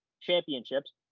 championships